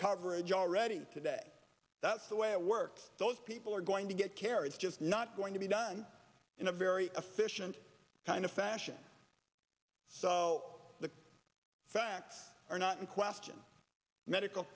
coverage already today that's the way it works those people are going to get care it's just not going to be done in a very efficient kind of fashion so the facts are not in question medical